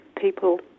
people